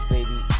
Baby